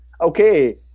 okay